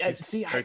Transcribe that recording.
see